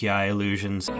illusions